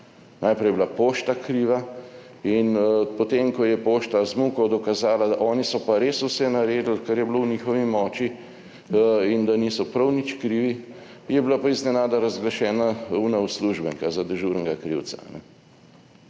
Najprej je bila pošta kriva in potem, ko je pošta z muko dokazala, da oni so pa res vse naredili, kar je bilo v njihovi moči in da niso prav nič krivi, je bila pa iznenada razglašena ona uslužbenka za dežurnega krivca.